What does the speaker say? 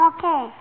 Okay